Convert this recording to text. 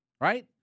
right